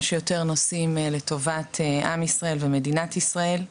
שיותר נושאים לטובת עם ישראל ומדינת ישראל,